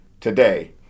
today